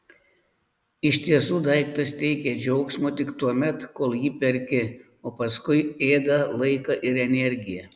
iš tiesų daiktas teikia džiaugsmo tik tuomet kol jį perki o paskui ėda laiką ir energiją